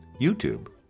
YouTube